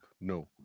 no